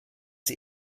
die